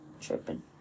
Tripping